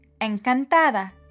encantada